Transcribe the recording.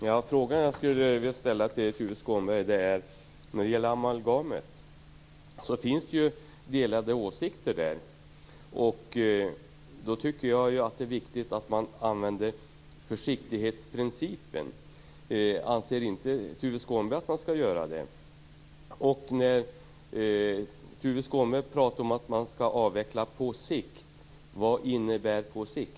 Herr talman! Jag skulle vilja ställa en fråga till Tuve Skånberg. Det finns delade åsikter om amalgamet. Då tycker jag att det är viktigt att man använder försiktighetsprincipen. Anser inte Tuve Skånberg att man skall göra det? Tuve Skånberg talar om att man skall avveckla på sikt. Vad innebär "på sikt"?